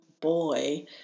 boy